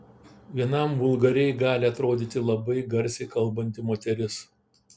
vienam vulgariai gali atrodyti labai garsiai kalbanti moteris